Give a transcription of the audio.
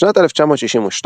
בשנת 1962,